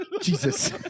Jesus